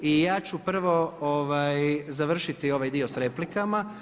I ja ću prvo završiti ovaj dio s replikama.